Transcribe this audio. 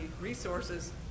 resources